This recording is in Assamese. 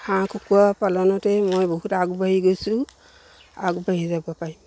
হাঁহ কুকুৰা পালনতেই মই বহুত আগবাঢ়ি গৈছোঁ আগবাঢ়ি যাব পাৰিম